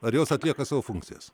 ar jos atlieka savo funkcijas